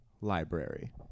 library